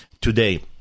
today